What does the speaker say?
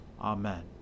Amen